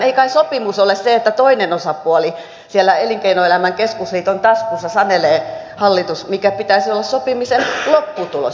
ei kai sopimus ole se että toinen osapuoli hallitus siellä elinkeinoelämän keskusliiton taskussa sanelee mikä pitäisi olla sopimisen lopputulos